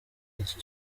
iki